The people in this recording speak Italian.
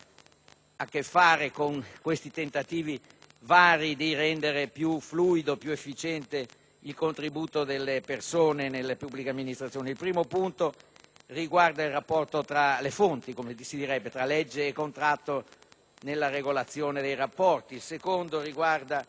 che fare con vari tentativi di rendere più fluido e più efficiente il contributo delle persone nella pubblica amministrazione. Il primo punto riguarda il rapporto tra le fonti, cioè tra legge e contratto, nella regolazione dei rapporti; il secondo riguarda